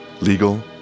Legal